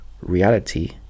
reality